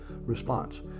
response